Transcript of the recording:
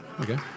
Okay